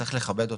שצריך לכבד אותן,